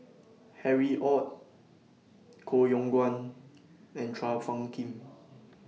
Harry ORD Koh Yong Guan and Chua Phung Kim